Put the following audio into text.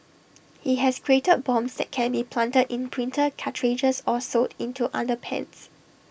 he has created bombs that can be planted in printer cartridges or sewn into underpants